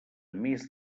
més